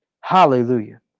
Hallelujah